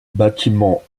bâtiment